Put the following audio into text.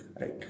right